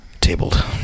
Tabled